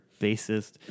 bassist